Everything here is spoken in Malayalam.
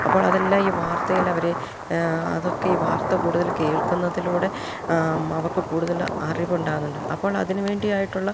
അപ്പോൾ അതെല്ലാം ഈ വാർത്തയിലവർ അതൊക്കെ ഈ വാർത്ത കൂടുതൽ കേൾക്കുന്നതിലൂടെ അവർക്ക് കൂടുതൽ അറിവുണ്ടാകുന്നുണ്ട് അപ്പോൾ അതിനു വേണ്ടിയായിട്ടുള്ള